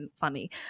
funny